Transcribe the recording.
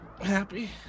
Happy